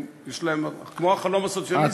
כמו החלום הסוציאליסטי.